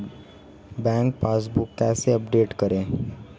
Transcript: Bank passbook कैसे update करें?